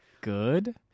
good